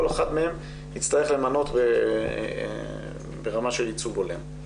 כל אחת מהם יצטרך למנות ברמה של ייצוג הולם.